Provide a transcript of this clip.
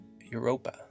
Europa